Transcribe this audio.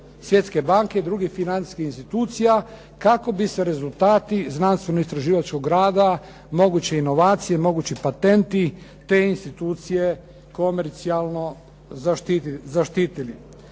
Svjetske banke i drugih financijskih institucija kako bi se rezultati znanstveno-istraživačkog rada, moguće inovacije, mogući patentni te institucije komercijalo zaštitili.